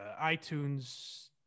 iTunes